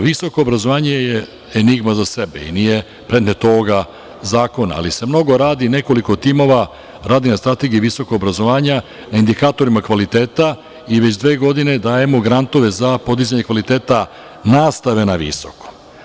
Visoko obrazovanje je enigma za sebe i nije predmet ovoga zakona, ali se mnogo radi, nekoliko timova radi na strategiji visokog obrazovanja, indikatorima kvaliteta i već dve godine dajemo grantove za podizanje kvaliteta nastave na visokom.